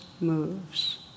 moves